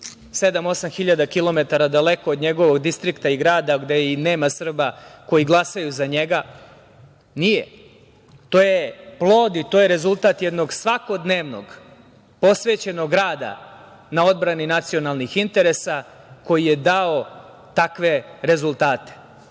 osam hiljada kilometara daleko od njegovog distrikta i grada, gde i nema Srba koji glasaju za njega? Nije. To je plod i to je rezultat jednog svakodnevnog posvećenog rada na odbrani nacionalnih interesa koji je dao takve rezultate. Ti